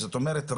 זאת אומרת,